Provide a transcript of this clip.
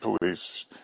police